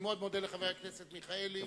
אני מאוד מודה לחבר הכנסת מיכאלי,